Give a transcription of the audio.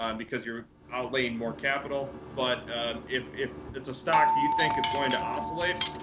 um because you're outlaying more capital, but if if it's a stock you think is going to oscillate,